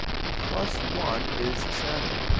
plus one is seven.